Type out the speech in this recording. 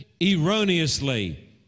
Erroneously